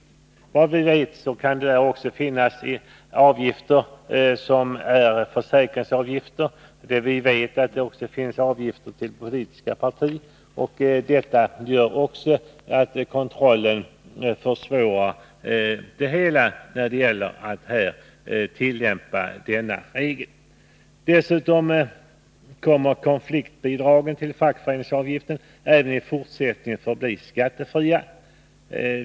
Såvitt vi vet kan där också finnas försäkringsavgifter, och vi vet att det finns avgifter till politiska partier i den s.k. fackföreningsavgiften. Detta gör också att kontrollen försvårar det hela när det gäller att tillämpa denna regel. Dessutom kommer konfliktbidragen till fackföreningsmedlemmar även i fortsättningen att förbli skattefria.